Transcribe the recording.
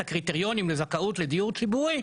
את הקריטריונים לזכאות לדיור ציבורי,